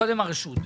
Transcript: קודם הרשות.